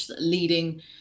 leading